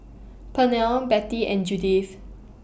Pernell Betty and Judyth